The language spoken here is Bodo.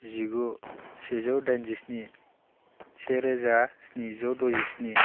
जिगु सेजौ दाइनजिस्नि सेरोजा स्निजौ द'जिस्नि